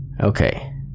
Okay